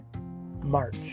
March